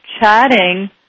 chatting –